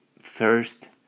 first